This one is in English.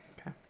Okay